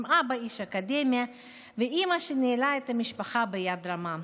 עם אבא איש אקדמיה ואימא שניהלה את המשפחה ביד רמה.